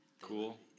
Cool